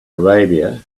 arabia